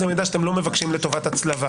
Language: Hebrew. זה לא מידע שאתם מבקשים לטובת הצלבה.